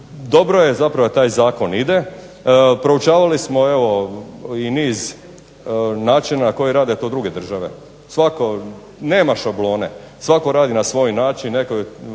dobro je zapravo da taj zakon ide. Proučavali smo evo i niz načina na koji rade to druge države. Svatko, nema šablone, svatko radi na svoj način,